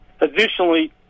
Additionally